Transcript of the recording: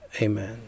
Amen